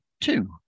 two